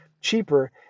cheaper